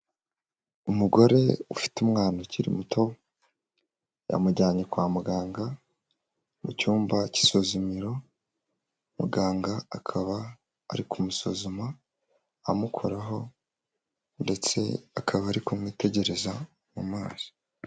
Umugore ufite umwana ukiri muto yamujyanye kwa muganga mu cyumba cy'isumiro, muganga akaba ari kumusuzuma amukoraho ndetse akaba ari kumwitegereza mu maso.